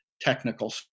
technical